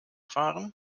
fahren